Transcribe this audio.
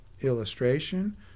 illustration